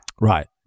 Right